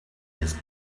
his